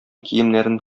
киемнәрен